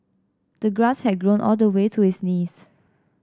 the grass had grown all the way to his knees